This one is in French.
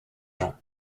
jean